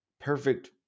perfect